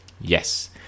Yes